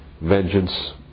Vengeance